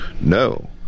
no